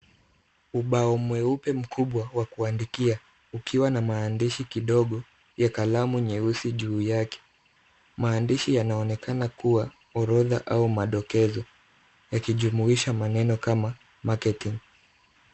Ubao mweupe mkubwa wa kuandikia, ukiwa na maandishi kidogo, ya kalamu nyeusi juu yake. Maandishi yanaonekana kuwa orodha au madokezo yakijumuisha maneno kama marketing .